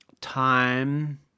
time